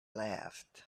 laughed